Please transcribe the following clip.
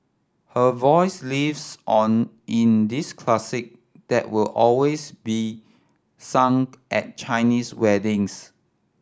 her voice lives on in this classic that will always be sung at Chinese weddings